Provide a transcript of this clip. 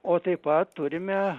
o taip pat turime